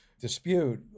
dispute